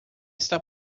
está